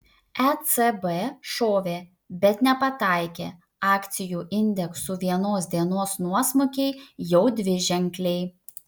ecb šovė bet nepataikė akcijų indeksų vienos dienos nuosmukiai jau dviženkliai